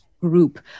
group